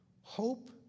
Hope